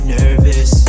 nervous